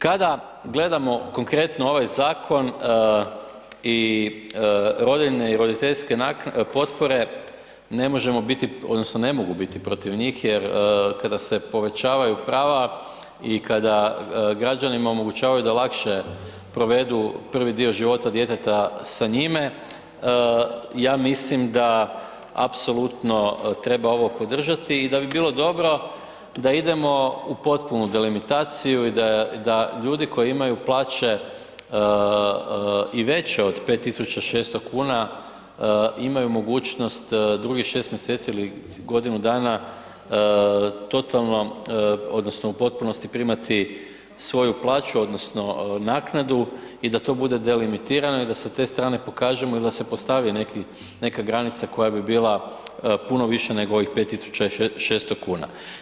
Kada gledamo konkretno ovaj zakon i rodiljne i roditeljske potpore ne možemo biti odnosno ne mogu biti protiv njih jer kada se povećavaju prava i kada građanima omogućavaju da lakše provedu prvi dio života djeteta sa njime ja mislim da apsolutno treba ovo podržati i da bi bilo dobro da idemo u potpunu delimitaciju i da ljudi koji imaju plaće i veće od 5.600 kuna imaju mogućnost drugih 6 mjeseci ili godinu dana totalno odnosno u potpunosti primati svoju plaću odnosno naknadu i da to bude delimitirano i da sa te strane pokažemo ili da se postavi neka granica koja bi bila puno više nego ovih 5.600 kuna.